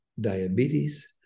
diabetes